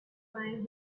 find